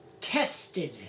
tested